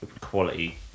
quality